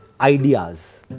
ideas